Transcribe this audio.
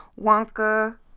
Wonka